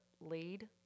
lead